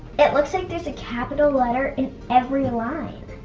it looks like there's a capital letter in every line.